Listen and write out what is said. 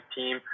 team